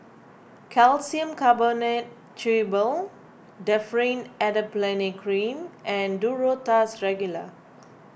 Calcium Carbonate Chewable Differin Adapalene Cream and Duro Tuss Regular